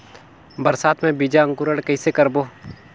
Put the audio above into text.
बरसात मे बीजा अंकुरण कइसे करबो?